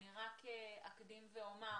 אני אקדים ואומר